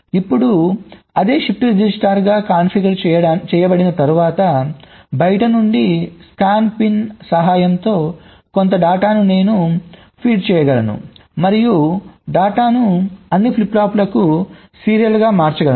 ఇప్పుడు అది షిఫ్ట్ రిజిస్టర్గా కాన్ఫిగర్ చేయబడిన తర్వాత బయటి నుండి స్కానిన్ పిన్ సహాయంతో కొంత డేటాను నేను ఫీడ్ చేయగలను మరియు డేటాను అన్ని ఫ్లిప్ ఫ్లాప్లకు సీరియల్గా మార్చగలను